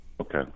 Okay